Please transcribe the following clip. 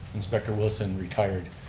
inspector wilson, retired.